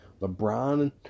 LeBron